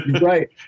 Right